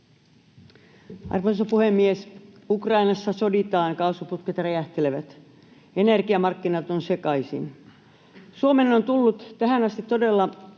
Arvoisa puhemies! Ukrainassa soditaan, kaasuputket räjähtelevät, energiamarkkinat ovat sekaisin. Tähän asti Suomeen